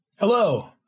Hello